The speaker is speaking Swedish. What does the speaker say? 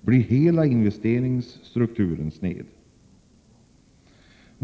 blir hela investeringsstrukturen sned.